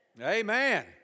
Amen